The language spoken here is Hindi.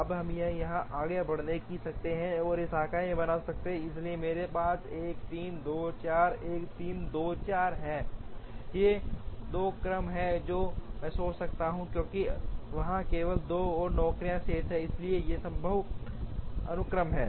अब हम यहाँ से आगे बढ़ सकते हैं और 2 शाखाएँ बना सकते हैं इसलिए मेरे पास 1 3 2 4 और 1 3 4 2 हैं ये 2 क्रम हैं जो मैं सोच सकता हूं क्योंकि वहां केवल 2 और नौकरियां शेष हैं इसलिए ये संभव अनुक्रम हैं